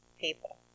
people